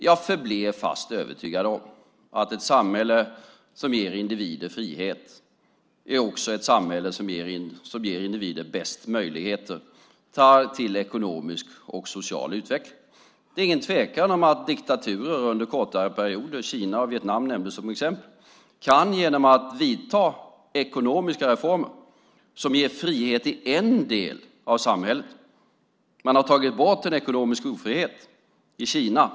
Jag förblir övertygad om att ett samhälle som ger individer frihet också är ett samhälle som ger individer bäst möjligheter till ekonomisk och social utveckling. Det är ingen tvekan om att diktaturer under kortare perioder, Kina och Vietnam nämndes som exempel, kan genomföra ekonomiska reformer som ger frihet i en del av samhället. Man har tagit bort en ekonomisk ofrihet i Kina.